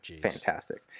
fantastic